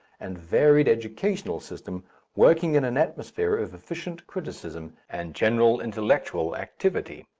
and varied educational system working in an atmosphere of efficient criticism and general intellectual activity.